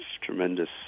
tremendous